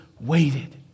waited